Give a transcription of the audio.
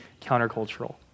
countercultural